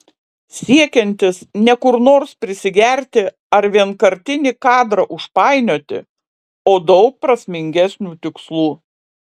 siekiantis ne kur nors prisigerti ar vienkartinį kadrą užpainioti o daug prasmingesnių tikslų